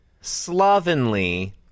slovenly